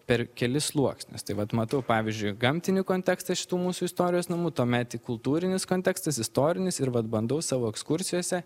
per kelis sluoksnius tai vat matau pavyzdžiui gamtinį kontekstą šitų mūsų istorijos namų tuomet kultūrinis kontekstas istorinis ir vat bandau savo ekskursijose